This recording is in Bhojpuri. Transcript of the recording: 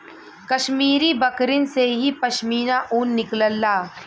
कश्मीरी बकरिन से ही पश्मीना ऊन निकलला